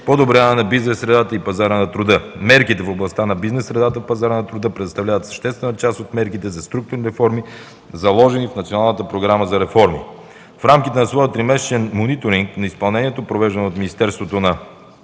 подобряване бизнес средата и пазара на труда. Мерките в областта на бизнес средата и пазара на труда представляват съществена част от мерките за структурни реформи, заложени в Националната програма за реформи. В рамките на своя тримесечен мониторинг на изпълнението, провеждано от Министерството на